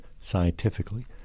scientifically